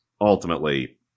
ultimately